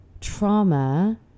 trauma